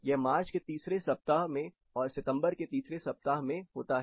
यह मार्च के तीसरे सप्ताह में और सितंबर के तीसरे सप्ताह में होता है